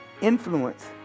Influence